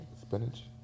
Spinach